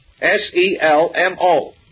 S-E-L-M-O